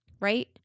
Right